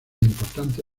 importante